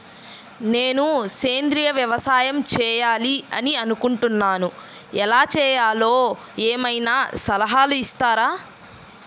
నేను సేంద్రియ వ్యవసాయం చేయాలి అని అనుకుంటున్నాను, ఎలా చేయాలో ఏమయినా సలహాలు ఇస్తారా?